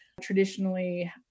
traditionally